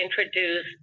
introduce